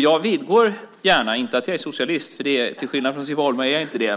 Jag vidgår gärna, inte att jag är socialist för till skillnad från Siv Holma är jag inte det,